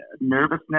nervousness